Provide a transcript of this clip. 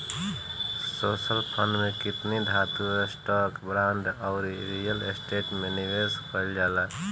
social fund में कीमती धातु, स्टॉक, बांड अउरी रियल स्टेट में निवेश कईल जाला